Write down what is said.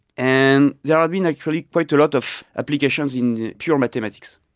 and there has been actually quite a lot of applications in pure mathematics,